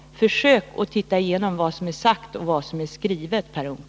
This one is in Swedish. Titta igenom vad som är sagt och vad som är skrivet, Per Unckel!